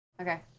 Okay